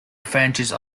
advantage